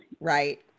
Right